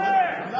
כן.